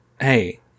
Hey